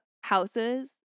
houses